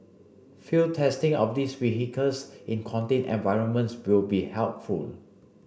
field testing of these vehicles in contained environments will be helpful